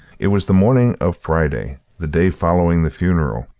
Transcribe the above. it was the morning of friday, the day following the funeral,